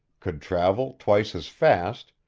could travel twice as fast,